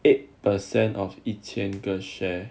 eight percent of 一千个 share